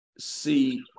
see